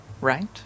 right